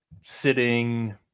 sitting –